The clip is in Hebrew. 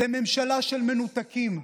זאת ממשלה של מנותקים.